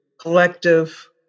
collective